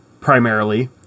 primarily